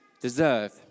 Deserve